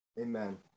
Amen